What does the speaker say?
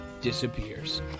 disappears